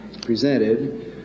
presented